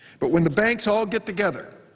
but when the banks all get together,